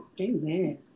Amen